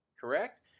correct